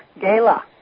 Gala